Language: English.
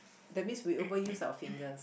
that means we overuse our fingers